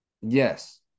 yes